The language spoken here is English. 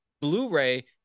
Blu-ray